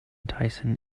tyson